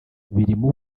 birimo